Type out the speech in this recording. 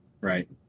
right